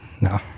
No